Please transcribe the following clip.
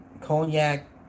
cognac